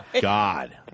God